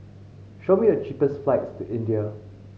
show me the cheapest flights to India